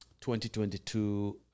2022